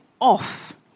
off